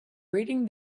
reading